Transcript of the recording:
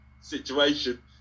situation